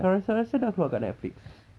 kau rasa-rasa dah keluar kat netflix